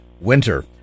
winter